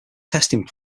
testing